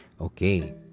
Okay